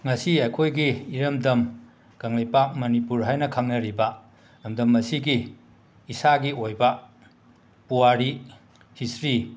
ꯉꯁꯤ ꯑꯩꯈꯣꯏꯒꯤ ꯏꯔꯝꯗꯝ ꯀꯪꯂꯩꯄꯥꯛ ꯃꯅꯤꯄꯨꯔ ꯍꯥꯏꯅ ꯈꯪꯅꯔꯤꯕ ꯂꯝꯗꯝ ꯑꯁꯤꯒꯤ ꯏꯁꯥꯒꯤ ꯑꯣꯏꯕ ꯄꯨꯋꯥꯔꯤ ꯍꯤꯁꯇ꯭ꯔꯤ